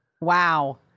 Wow